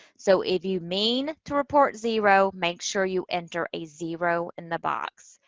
so, if you mean to report zero, make sure you enter a zero in the box.